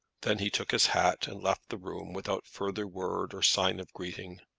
then he took his hat, and left the room without further word or sign of greeting.